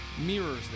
mirrors